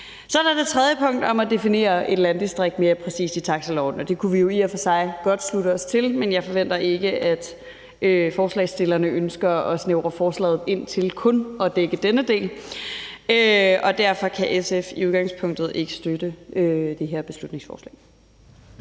Så er der det tredje punkt om at definere et landdistrikt mere præcist i taxiloven, og det kunne vi jo i og for sig godt tilslutte os, men jeg forventer ikke, at forslagsstillerne ønsker at snævre forslaget ind til kun at dække denne del. Derfor kan SF i udgangspunktet ikke støtte det her beslutningsforslag.